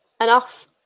Enough